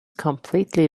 completely